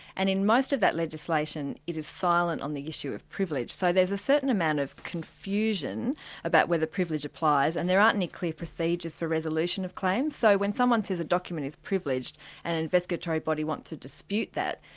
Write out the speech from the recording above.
and in most of that legislation, it is silent on the issue of privilege. so there's a certain amount of confusion about whether privilege applies, and there aren't any clear procedures for resolution of claims. so when someone says a document is privileged, and an investigatory body wants to dispute that,